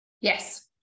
Yes